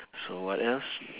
so what else